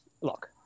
look